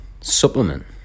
supplement